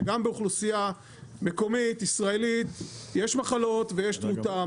שגם באוכלוסייה מקומית ישראלית יש מחלות ויש תמותה,